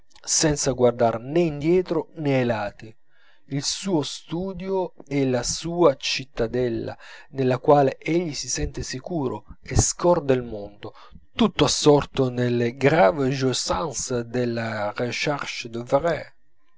senza guardar nè indietro nè ai lati il suo studio è la sua cittadella nella quale egli sì sente sicuro e scorda il mondo tutto assorto nelle graves jouissances de